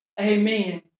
Amen